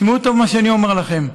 תשמעו טוב מה שאני אומר לכם,